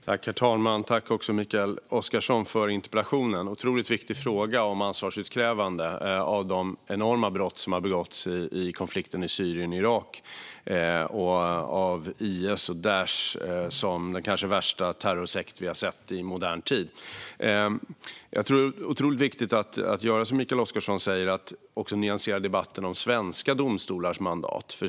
Herr talman! Tack, Mikael Oscarsson, för interpellationen! Det är en otroligt viktig fråga om ansvarsutkrävande i fråga om de enorma brott som har begåtts i konflikterna i Syrien och Irak av IS eller Daish, som kanske är den värsta terrorsekt vi har sett i modern tid. Jag tror att det är otroligt viktigt att göra som Mikael Oscarsson säger: att nyansera debatten om svenska domstolars mandat.